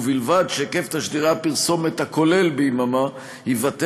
ובלבד שהיקף תשדירי הפרסומת הכולל ביממה ייוותר